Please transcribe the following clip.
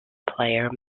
player